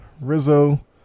Rizzo